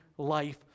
life